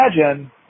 imagine